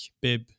bib